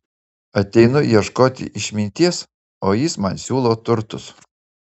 ateinu ieškoti išminties o jis man siūlo turtus